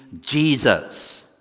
Jesus